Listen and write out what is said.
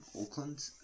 Auckland